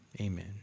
Amen